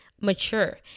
mature